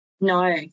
no